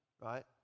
right